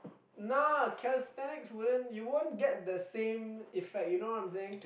no calisthenics wouldn't you won't get the same effects you know what I'm saying